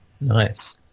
Nice